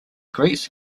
greeks